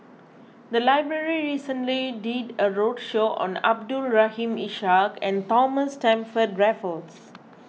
the library recently did a roadshow on Abdul Rahim Ishak and Thomas Stamford Raffles